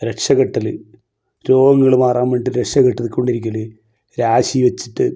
രക്ഷ കെട്ടൽ രോഗങ്ങൾ മാറാൻ വേണ്ടീട്ട് രക്ഷ കെട്ടിക്കോണ്ടിരിക്കൽ രാശി വെച്ചിട്ട്